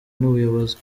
n’ubuyobozi